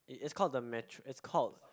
it it's called the metr~ it's called